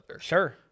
sure